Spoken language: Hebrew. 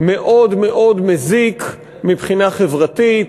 מאוד מאוד מזיק מבחינה חברתית.